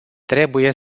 trebuie